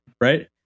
right